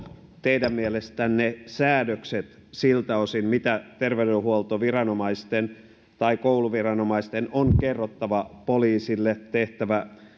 teidän mielestänne säädökset siltä osin mitä terveydenhuoltoviranomaisten tai kouluviranomaisten on kerrottava poliisille tehtävä